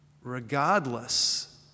Regardless